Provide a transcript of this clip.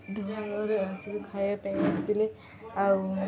ଦୋଳରେ ଆସିକି ଖାଇବା ପାଇଁ ଆସିଥିଲେ ଆଉ